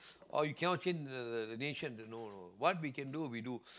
oh you cannot change the the the nation no no no what we can do we do